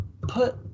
put